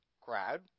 crowd